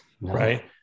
right